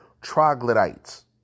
troglodytes